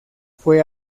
fue